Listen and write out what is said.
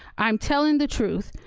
i'm telling the truth,